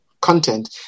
content